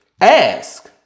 ask